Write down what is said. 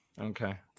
Okay